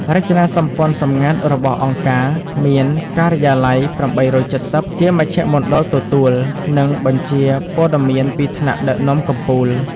រចនាសម្ព័ន្ធសម្ងាត់របស់អង្គការមាន «ការិយាល័យ ៨៧០» ជាមជ្ឈមណ្ឌលទទួល និងបញ្ជាព័ត៌មានពីថ្នាក់ដឹកនាំកំពូល។